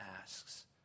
asks